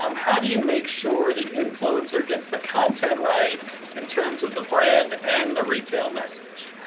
um how do you make sure the influencer gets the content right in terms of the brand and the retail message.